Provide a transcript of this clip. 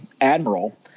admiral